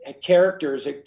characters